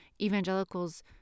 evangelicals